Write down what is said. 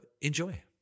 enjoy